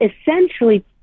essentially